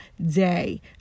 day